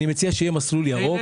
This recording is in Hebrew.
אני מציע שיהיה מסלול ירוק.